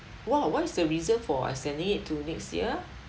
!wow! what is the reason for extending it to next year